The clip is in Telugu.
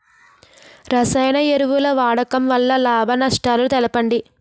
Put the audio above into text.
రసాయన ఎరువుల వాడకం వల్ల లాభ నష్టాలను తెలపండి?